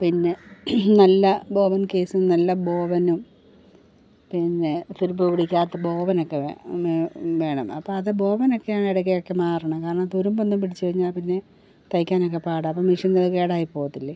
പിന്നെ നല്ല ബോബൻ കേസ്സും നല്ല ബോബനും പിന്നെ തുരുമ്പു പിടിക്കാത്ത ബോബനൊക്കെ വേണം വേണം അത് ബോബനൊക്കെ ഇടയ്ക്കൊക്കെ മാറണം കാരണം തുരുമ്പൊന്നും പിടിച്ചുകഴിഞ്ഞാൽ പിന്നെ തൈക്കാനൊക്കെ പാടാന് അപ്പോൾ മെഷീൻ എല്ലാം കേടായിപ്പോകത്തില്ലേ